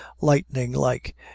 lightning-like